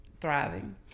thriving